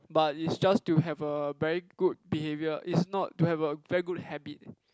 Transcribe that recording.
but is just to have a very good behaviour is not to have a very good habit